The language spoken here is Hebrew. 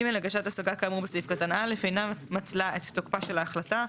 (ג)הגשת השגה כאמור בסעיף קטן (א) אינה מתלה את תוקפה של ההחלטה,